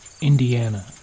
Indiana